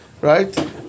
right